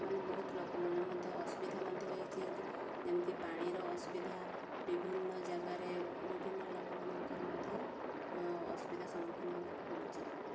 ମାନେ ବହୁତ ଲୋକମାନେ ମଧ୍ୟ ଅସୁବିଧା ମଧ୍ୟ ହେଇଛି ଯେମିତି ପାଣିର ଅସୁବିଧା ବିଭିନ୍ନ ଜାଗାରେ ବିଭିନ୍ନ ଲୋକମାନଙ୍କର ମଧ୍ୟ ଅସୁବିଧା ସମ୍ମୁଖୀନ ହେବାକୁ ପଡ଼ୁଛି